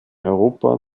europa